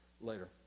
later